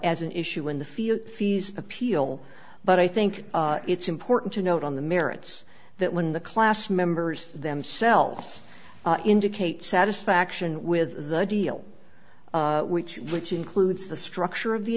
as an issue in the field fees appeal but i think it's important to note on the merits that when the class members themselves indicate satisfaction with the deal which includes the structure of the